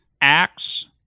acts